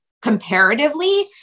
comparatively